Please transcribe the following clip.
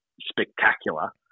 spectacular